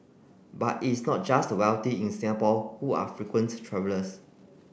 but it's not just the wealthy in Singapore who are frequent travellers